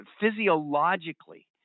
Physiologically